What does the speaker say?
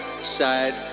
side